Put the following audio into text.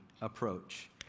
approach